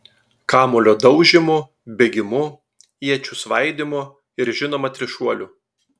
kamuolio daužymu bėgimu iečių svaidymu ir žinoma trišuoliu